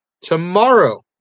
Tomorrow